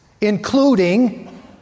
including